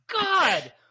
god